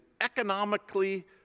economically